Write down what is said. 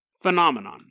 phenomenon